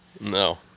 No